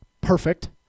perfect